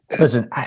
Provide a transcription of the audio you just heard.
Listen